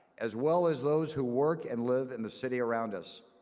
as well as those who work and live in the city around us.